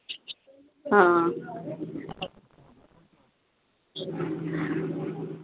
आं